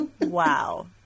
Wow